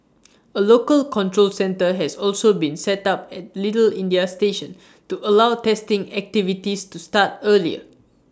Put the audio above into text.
A local control centre has also been set up at little India station to allow testing activities to start earlier